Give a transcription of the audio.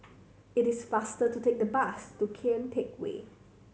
it is faster to take the bus to Kian Teck Way